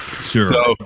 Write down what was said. Sure